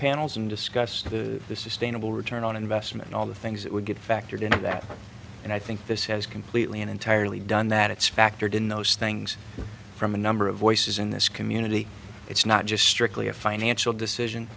panels and discussed this is stain of will return on investment all the things that would get factored into that and i think this has completely and entirely done that it's factored in those things from a number of voices in this community it's not just strictly a financial decision